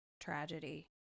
tragedy